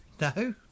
No